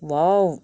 wow